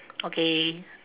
okay